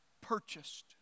purchased